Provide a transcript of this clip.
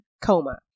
Coma